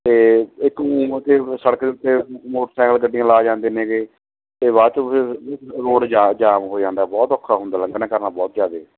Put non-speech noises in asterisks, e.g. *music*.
ਅਤੇ ਇੱਕ *unintelligible* ਸੜਕ ਦੇ ਉੱਤੇ ਮੋਟਰਸਾਈਕਲ ਗੱਡੀਆਂ ਲਾ ਜਾਂਦੇ ਨੇਗੇ ਅਤੇ ਬਾਅਦ 'ਚ *unintelligible* ਰੋਡ ਜਾ ਜਾਮ ਹੋ ਜਾਂਦਾ ਬਹੁਤ ਔਖਾ ਹੁੰਦਾ ਲੱਗਣਾ ਕਰਨਾ ਬਹੁਤ ਜ਼ਿਆਦਾ